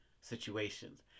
situations